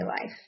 life